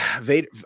Vader